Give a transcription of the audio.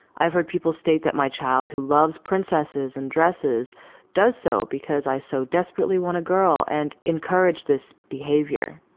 i've heard people state that my child who loves princesses and dresses does so because i so desperately want a girl and encourage this behavior.